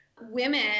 women